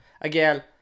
again